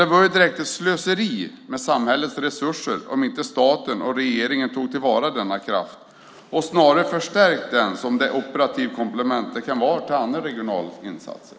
Det vore ett direkt slöseri med samhällets resurser om inte staten och regeringen tog till vara denna kraft och snarare förstärkte den som det operativa komplement som det kan vara till andra regionala insatser.